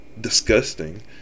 disgusting